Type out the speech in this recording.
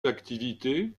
activités